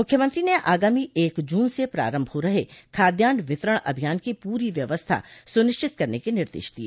मुख्यमंत्री ने आगामी एक जून से प्रारम्भ हो रहे खाद्यान्न वितरण अभियान की पूरी व्यवस्था सुनिश्चित करने के निर्देश दिए